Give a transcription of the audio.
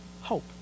hope